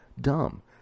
DUMB